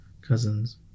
Cousins